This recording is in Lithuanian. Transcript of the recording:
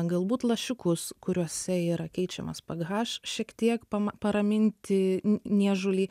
galbūt lašiukus kuriuose yra keičiamas ph šiek tiek pama paraminti ni niežulį